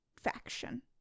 faction